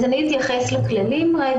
אני אתייחס לכללים.